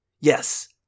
Yes